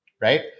right